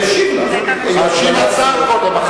ישיב השר קודם.